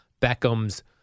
Beckham's